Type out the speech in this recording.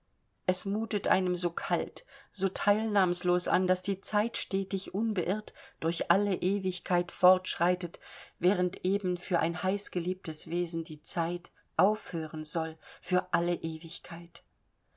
es mutet einem so kalt so teilnahmslos an daß die zeit stetig unbeirrt durch alle ewigkeit fortschreitet während eben für ein heißgeliebtes wesen die zeit aufhören soll für alle ewigkeit